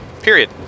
Period